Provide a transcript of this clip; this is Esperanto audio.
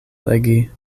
legi